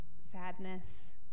sadness